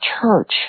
church